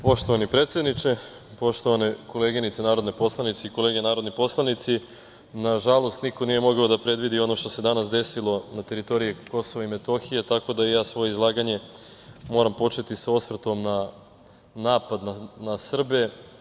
Poštovani predsedniče, poštovane koleginice narodne poslanice i kolege narodni poslanici, nažalost niko nije mogao da predvidi ono što se danas desilo na teritoriji Kosova i Metohije, tako da ja svoje izlaganje moram početi sa osvrtom na napad na Srbe.